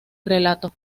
relato